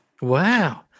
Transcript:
Wow